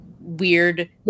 weird